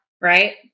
Right